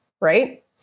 Right